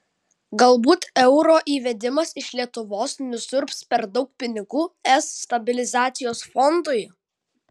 galbūt euro įvedimas iš lietuvos nusiurbs per daug pinigų es stabilizacijos fondui